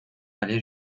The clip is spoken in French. allait